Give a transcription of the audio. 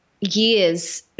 years